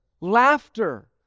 Laughter